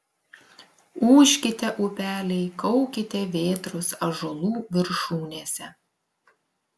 ūžkite upeliai kaukite vėtros ąžuolų viršūnėse